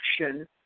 action